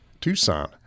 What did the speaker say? tucson